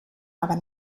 aber